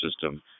System